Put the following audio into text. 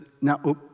now